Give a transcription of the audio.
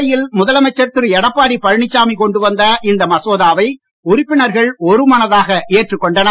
அவையில் முதலமைச்சர் திரு எடப்பாடி பழனிசாமி கொண்டு வந்த இம்மசோதாவை உறுப்பினர்கள் ஒருமனதாக ஏற்றுக் கொண்டனர்